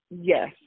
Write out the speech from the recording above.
Yes